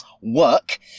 work